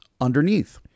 underneath